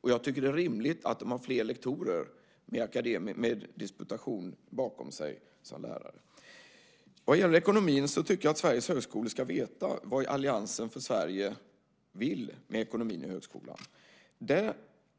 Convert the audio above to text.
Och jag tycker att det är rimligt att de har fler lektorer med disputation bakom sig som lärare. Vad gäller ekonomin tycker jag att Sveriges högskolor ska veta vad Allians för Sverige vill med ekonomin i högskolorna. Av den